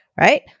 Right